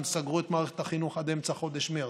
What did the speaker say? הם סגרו את מערכת החינוך עד אמצע חודש מרץ,